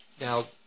Now